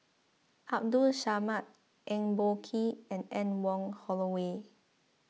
Abdul Samad Eng Boh Kee and Anne Wong Holloway